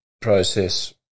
process